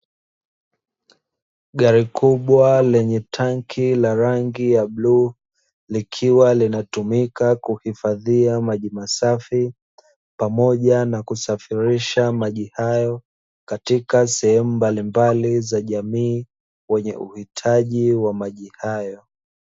Gari kubwa lenye tanki la rangi ya bluu, likiwa linatumika kuhifadhia maji masafi, pamoja na kusafirisha maji hayo katika sehemu mbalimbali za jamii wenye uhitaji wa maji hayo. ,